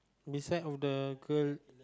beside of the girl